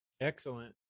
Excellent